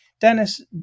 Dennis